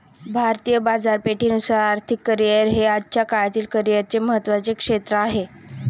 भारतीय बाजारपेठेनुसार आर्थिक करिअर हे आजच्या काळातील करिअरचे महत्त्वाचे क्षेत्र आहे